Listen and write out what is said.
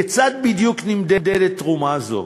כיצד בדיוק נמדדת תרומה זו?